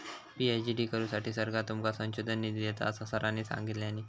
PhD करुसाठी सरकार तुमका संशोधन निधी देता, असा सरांनी सांगल्यानी